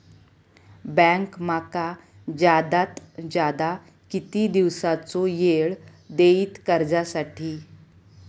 Bank माका जादात जादा किती दिवसाचो येळ देयीत कर्जासाठी?